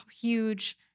huge